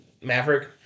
Maverick